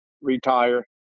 retire